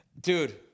dude